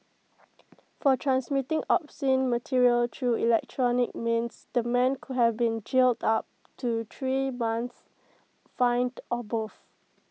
for transmitting obscene material through electronic means the man could have been jailed up to three months fined or both